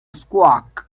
squawk